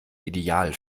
ideal